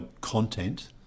content